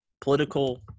political